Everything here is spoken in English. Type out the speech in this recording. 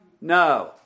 No